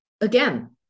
again